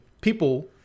people